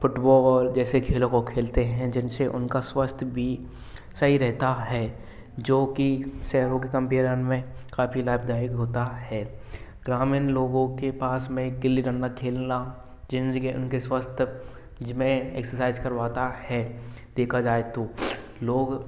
football जैसे खेलों को खेलते है जिनसे उनका स्वास्थ्य भी सही रहता है जो की शहरों के कोम्पेरन में काफ़ी लाभदायक होता है ग्रामीण लोगों के पास में गिल्ली डंडा खेलना जिनके उनके स्वास्थ्य में एक्सरसाइज करवाता है देखा जाए तो लोग